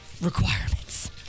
requirements